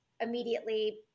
immediately